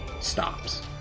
stops